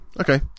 Okay